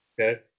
Okay